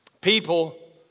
People